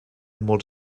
molts